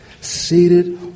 seated